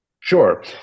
Sure